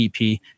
EP